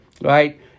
right